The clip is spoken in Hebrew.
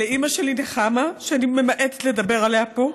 לאימא שלי נחמה, שאני ממעטת לדבר עליה פה,